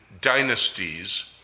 dynasties